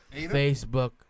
Facebook